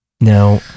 Now